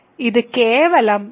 ഇത് കേവലം anbm ആണ്